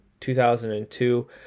2002